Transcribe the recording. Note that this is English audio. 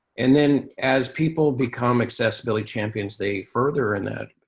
and then, as people become accessibility champions, they further in that,